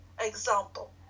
example